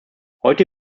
heute